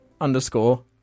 underscore